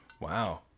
Wow